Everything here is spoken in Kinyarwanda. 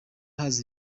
haza